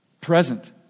Present